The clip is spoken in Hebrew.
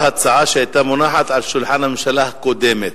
הצעה שהיתה מונחת על שולחן הממשלה הקודמת.